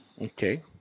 Okay